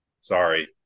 Sorry